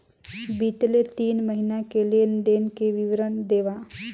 बितले तीन महीना के लेन देन के विवरण देवा?